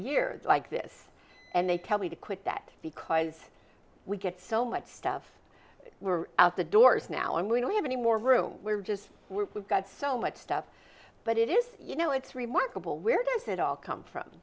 year like this and they tell me to quit that because we get so much stuff we're out the doors now and we don't have any more room we're just we're we've got so much stuff but it is you know it's remarkable where does it all come from